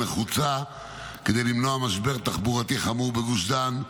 נחוצה כדי למנוע משבר תחבורתי חמור בגוש דן,